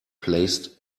placed